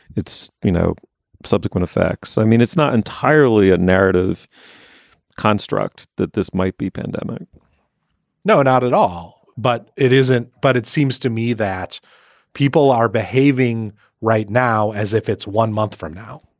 its you know subsequent effects. i mean, it's not entirely a narrative construct that this might be pandemic no, not at all. but it isn't. but it seems to me that people are behaving right now as if it's one month from now.